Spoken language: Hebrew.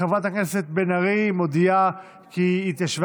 חברת הכנסת בן ארי מודיעה כי היא התיישבה